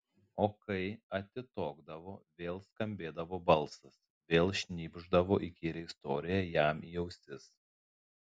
o kai atitokdavo vėl skambėdavo balsas vėl šnypšdavo įkyrią istoriją jam į ausis